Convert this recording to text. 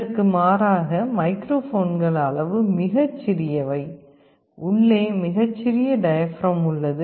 இதற்கு மாறாக மைக்ரோஃபோன்கள் அளவு மிகச் சிறியவை உள்ளே மிகச் சிறிய டயப்ரம் உள்ளது